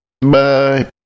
Bye